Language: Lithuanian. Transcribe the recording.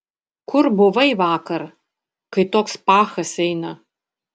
kur buvai vakar kai toks pachas eina